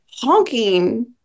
honking